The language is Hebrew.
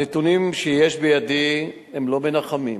הנתונים שיש בידי הם לא מנחמים,